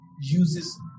uses